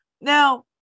Now